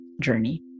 journey